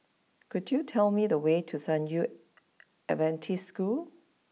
could you tell me the way to San Yu Adventist School